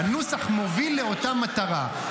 הנוסח מוביל לאותה מטרה.